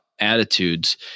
attitudes